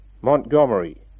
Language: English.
Montgomery